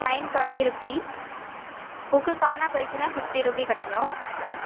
fine twenty rupee book காணாமப் போயிருச்சுன்னா fifty rupee கட்டணும்